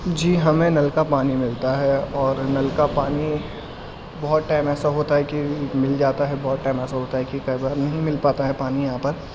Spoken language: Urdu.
جی ہمیں نل کا پانی ملتا ہے اور نل کا پانی بہت ٹائم ایسا ہوتا ہے کہ مل جاتا ہے بہت ٹائم ایسا ہوتا ہے کہ کئی بار نہیں مل پاتا ہے پانی یہاں پر